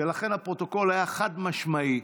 ולכן הפרוטוקול היה חד-משמעי,